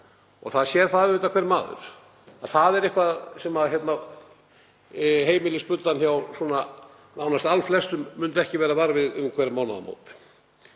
Það sér það auðvitað hver maður að það er eitthvað sem heimilisbuddan hjá svona allflestum myndi ekki verða vör við um hver mánaðamót.